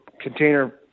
container